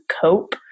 cope